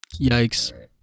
Yikes